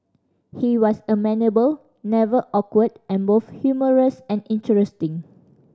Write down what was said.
he was amenable never awkward and both humorous and interesting